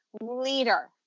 leader